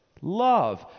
Love